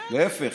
להפך,